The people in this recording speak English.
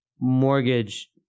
mortgage